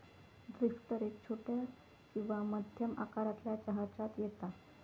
drifter एक छोट्या किंवा मध्यम आकारातल्या जहाजांत येता